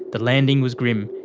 the landing was grim.